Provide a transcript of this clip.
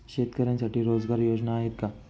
शेतकऱ्यांसाठी रोजगार योजना आहेत का?